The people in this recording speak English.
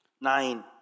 Nine